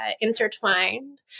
intertwined